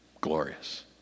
glorious